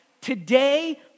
today